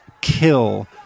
kill